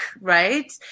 right